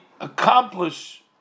accomplish